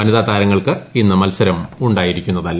വനിതാ താരങ്ങൾക്ക് ഇന്ന് മത്സരം ഉ ് ായിരുന്നില്ല